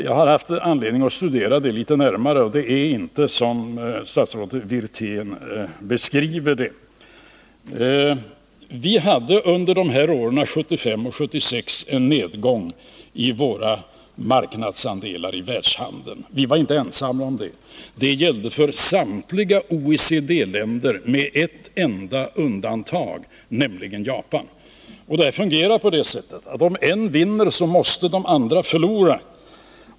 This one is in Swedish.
Jag har haft anledning att studera den frågan litet närmare, och det är inte som statsrådet Wirtén beskriver det. Vi hade under åren 1975 och 1976 en nedgång i våra marknadsandelar i världshandeln. Vi var inte ensamma om det. Detta gällde för samtliga OECD-länder med ett enda undantag, nämligen Japan. Det fungerar på det sättet att om en vinner, så måste de andra förlora.